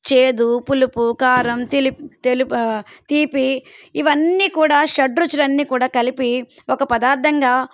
చేదు పులుపు కారం పులుపు తెలుపు తీపి ఇవన్నీ కూడా షడ్రుచులన్నీ కూడా కలిపి ఒక పదార్ధంగా